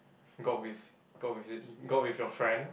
go out with go out with it uh go out with your friend